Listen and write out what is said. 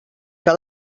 que